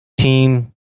Team